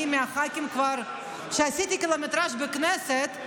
אני מהח"כים שכבר עשו קילומטרז' בכנסת,